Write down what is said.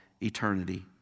eternity